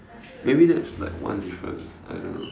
maybe that's like one difference I don't know